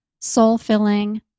soul-filling